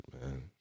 man